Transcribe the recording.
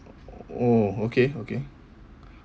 oh okay okay